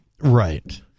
Right